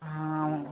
అవును